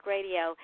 Radio